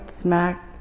smack